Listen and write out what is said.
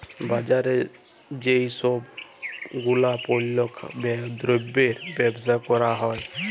বাজারে যেই সব গুলাপল্য দ্রব্যের বেবসা ক্যরা হ্যয়